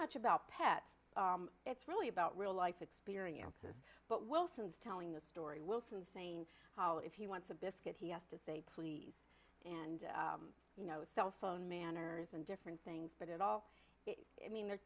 much about pets it's really about real life experiences but wilson's telling the story wilson's seen how if he wants a biscuit he has to say please and you know cell phone manners and different things but it all mean they're